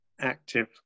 Active